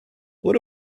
what